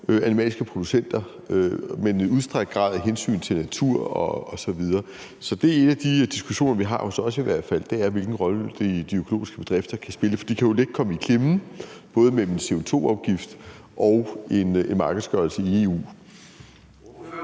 animalske producenter, men et udstrakt grad af hensyn til natur osv. Så det er en af de diskussioner, vi har hos os i hvert fald, altså hvilken rolle de økologiske bedrifter kan spille, for de kan jo let komme i klemme, både med en CO2-afgift og en markedsgørelse i EU.